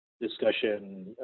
discussion